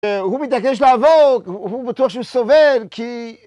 הוא מתעקש לעבוד, הוא בטוח שהוא סובל, כי...